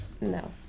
No